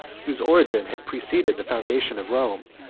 whose origin had preceded the foundation of rome,